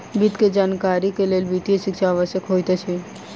वित्त के जानकारीक लेल वित्तीय शिक्षा आवश्यक होइत अछि